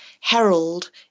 herald